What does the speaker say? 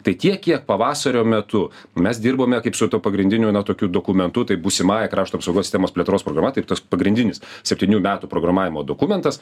tai tiek kiek pavasario metu mes dirbome kaip su tuo pagrindiniu na tokiu dokumentu tai būsimąja krašto apsaugos sistemos plėtros programa taip tas pagrindinis septynių metų programavimo dokumentas